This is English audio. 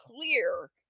clear